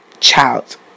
child